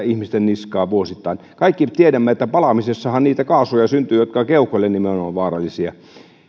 ihmisten niskaan vuosittain kaikki tiedämme että palamisessahan niitä kaasuja syntyy jotka nimenomaan keuhkoille ovat vaarallisia